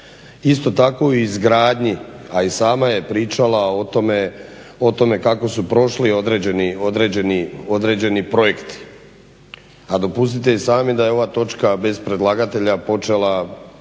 isto tako izgradnji a i sama je pričala o tome kako su prošli određeni projekti. A dopustite i sami da je ova točka bez predlagatelja počela